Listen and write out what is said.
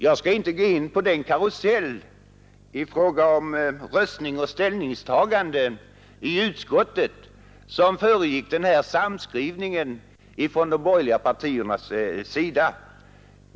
Jag skall inte gå in på den karusell när det gäller röstning och ställningstagande i utskottet som föregick samskrivningen från de borgerliga partiernas sida.